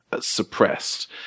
suppressed